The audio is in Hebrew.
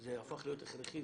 זה הפך להיות הכרחי.